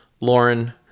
Lauren